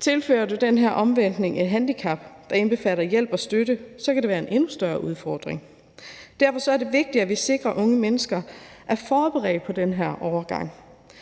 Tilfører du den her omvæltning et handicap, der indbefatter hjælp og støtte, kan det være en endnu større udfordring. Derfor er det vigtigt, at vi sikrer, at unge mennesker er forberedt på den her overgang.